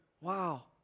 Wow